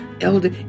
elder